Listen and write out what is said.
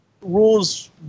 rules